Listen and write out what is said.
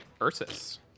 Ursus